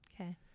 Okay